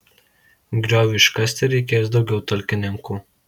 grioviui iškasti reikės daugiau talkininkų